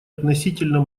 относительно